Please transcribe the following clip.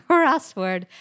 Crossword